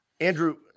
Andrew